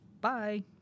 Bye